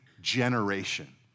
generation